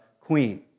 queen